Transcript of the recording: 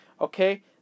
Okay